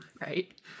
Right